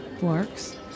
works